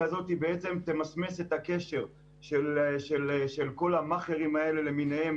הזו בעצם תמסמס את הקשר של כל המאכרים למיניהם,